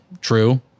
true